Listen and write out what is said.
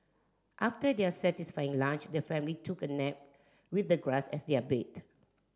after their satisfying lunch the family took a nap with the grass as their bed